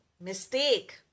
mistake